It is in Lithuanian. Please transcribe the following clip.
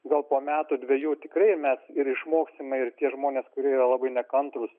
gal po metų dvejų tikrai mes ir išmoksime ir tie žmonės kurie yra labai nekantrūs